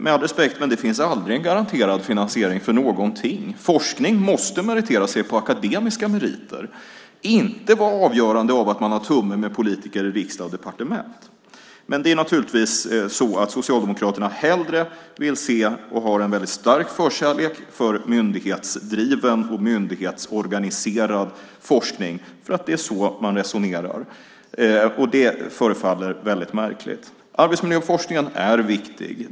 Med all respekt, men det finns aldrig en garanterad finansiering för någonting. Forskning måste meritera sig på akademiska meriter och inte vara avhängig av att man har tumme med politiker i riksdag och departement. Men det är naturligtvis så att Socialdemokraterna hellre vill se och har en väldigt stark förkärlek för myndighetsdriven och myndighetsorganiserad forskning för att det är så man resonerar, och det förefaller väldigt märkligt. Arbetsmiljöforskningen är viktig.